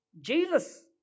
Jesus